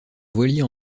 voilier